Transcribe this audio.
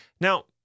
Now